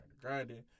grinding